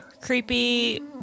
Creepy